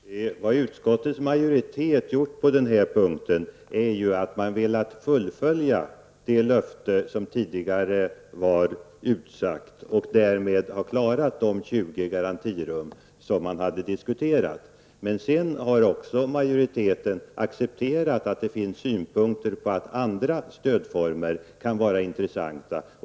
Herr talman! Vad utskottets majoritet har gjort på den här punkten är att den fullföljt det löfte som tidigare hade givits om inrättande av ytterligare 20 garantirum. Majoriteten har emellertid också accepterat synpunkter om att andra stödformer kan vara intressanta.